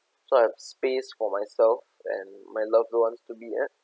so I have space for myself and my loved ones to be at